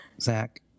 Zach